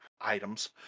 items